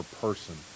person